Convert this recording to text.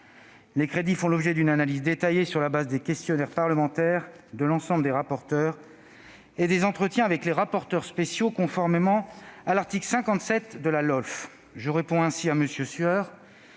République font l'objet d'une analyse détaillée sur la base des questionnaires parlementaires de l'ensemble des rapporteurs et des entretiens avec les rapporteurs spéciaux, conformément à l'article 57 de la loi organique